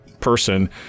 person